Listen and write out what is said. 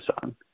song